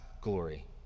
glory